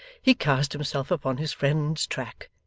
he cast himself upon his friend's track,